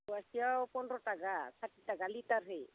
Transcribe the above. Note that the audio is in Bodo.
गुवाहाटियाव पन्द्र' थाखा साथि थाखा लिटारनि